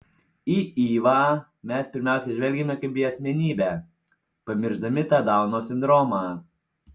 į ivą mes pirmiausia žvelgiame kaip į asmenybę pamiršdami tą dauno sindromą